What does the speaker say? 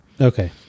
Okay